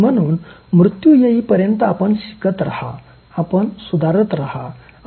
म्हणून मृत्यू येईपर्यंत आपण शिकत रहा आपण सुधारत रहा आपण आपला विकास करत रहा